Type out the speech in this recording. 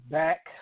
back